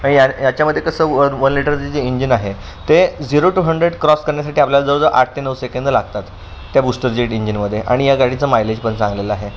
आणि या याच्यामध्ये कसं वन लिटरचे जे इंजिन आहे ते झिरो टू हंड्रेड क्रॉस करण्यासाठी आपल्याला जवळजवळ आठ ते नऊ सेकेंद लागतात त्या बूस्टर जेट इंजिनमध्ये आणि या गाडीचा मायलेज पण चांगलेला आहे